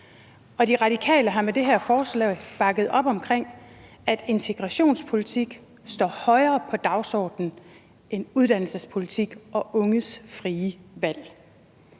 De Radikale har med det her forslag bakket op om, at integrationspolitik står højere på dagsordenen end uddannelsespolitik og unges frie valg.